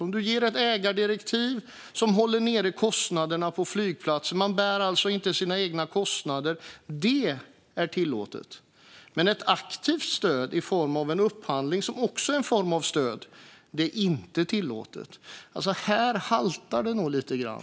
Att ge ett ägardirektiv som håller nere kostnaderna på flygplatsen så att man alltså inte bär sina egna kostnader är tillåtet. Men ett aktivt stöd i form av en upphandling, som också är ett slags stöd, är inte tillåtet. Här haltar det nog lite grann.